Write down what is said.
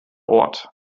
ort